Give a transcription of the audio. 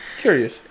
curious